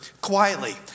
quietly